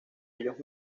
ellos